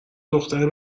دختر